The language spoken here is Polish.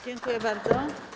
Dziękuję bardzo.